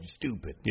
stupid